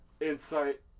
insight